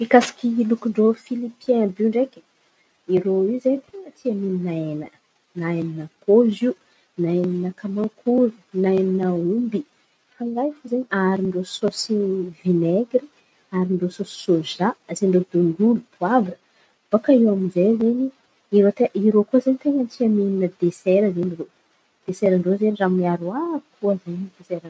Mikasika lokin-drô Filipiein àby iô ndraiky. Irö iô zen̈y ten̈a tia mihinana hena, na hen’ankôho izo, na hena kamankory, na hena omby. Fa raha iô fo izen̈y aharon-drô sôsy vinaigra, aron-drô sôsy sôza, asian-drô tongolo, poavra. Baka iô aminzay zen̈y tena, irô koa zen̈y ten̈a tia mihina desaira zen̈y irô. Desairan-drô zen̈y raha miaroaro koa in̈y desairan-drô.